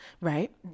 Right